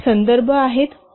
हे संदर्भ आहेत